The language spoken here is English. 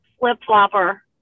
Flip-flopper